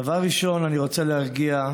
דבר ראשון, אני רוצה להרגיע,